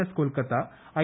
S Kolkata I